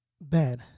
Bad